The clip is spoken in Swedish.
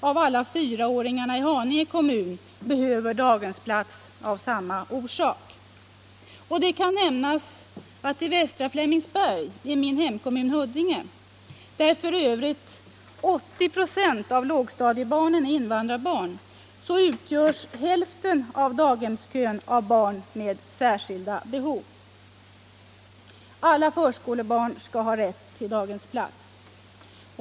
— alltså en fjär Alla förskolebarn skall ha rätt till daghemsplats.